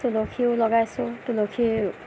তুলসীও লগাইছোঁ তুলসীৰ